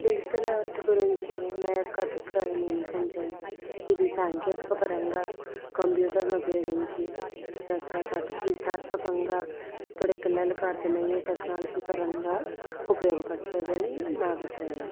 digital art గురించి నా యొక్క అభిప్రాయం ఏమిటంటే ఇది సాంకేతిక పరంగా కంప్యూటర్ను ఉపయోగించి చేస్తారు కాబట్టి సృజనాత్మకంగా ఇప్పటి పిల్లలకు అర్ధమయ్యే టెక్నాలజీ పరంగా ఉపయోగపడుతుందని నా అభిప్రాయం